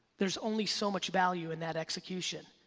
there's only so much value in that execution.